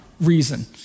reason